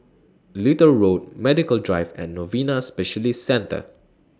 Little Road Medical Drive and Novena Specialist Centre